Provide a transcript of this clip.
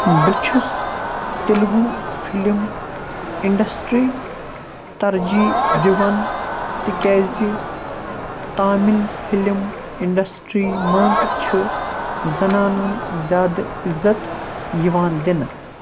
بہٕ چھُس Telugu film industry ترجیح دِوان تِکیٛازِ تامِل فِلم اِنڈَسٹرٛی منٛز چھِ زنانَن زیادٕ عزت یِوان دِنہٕ